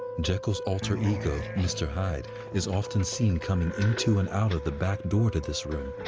jekyll's alter ego, mr. hyde, is often seen coming into and out of the back door to this room.